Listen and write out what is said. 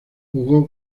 jugó